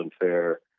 unfair